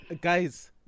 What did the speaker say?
guys